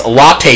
latte